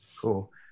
cool